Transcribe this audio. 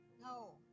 No